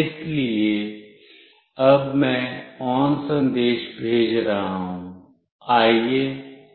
इसलिए अब मैं ON संदेश भेज रहा हूं आइए